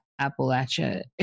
Appalachia